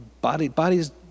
bodies